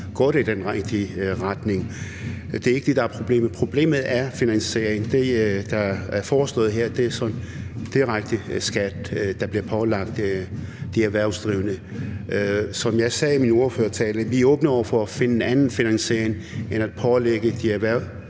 gudskelov i den rigtige retning. Det er ikke det, der er problemet. Problemet er finansieringen. Det, der er foreslået her, er en direkte skat, der bliver pålagt de erhvervsdrivende. Som jeg sagde i min ordførertale, er vi åbne over for at finde en anden finansiering end at pålægge de